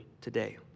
today